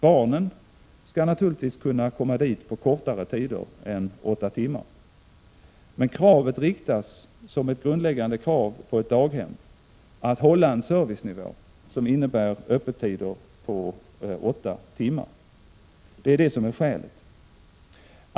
Barnen skall naturligtvis kunna komma på kortare tider än åtta timmar, men kravet riktas som ett grundläggande krav på ett daghem att hålla en servicenivå som innebär öppehållandetider på över åtta timmar. Detta är skälet.